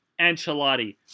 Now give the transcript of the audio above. Ancelotti